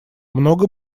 много